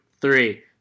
three